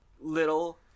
little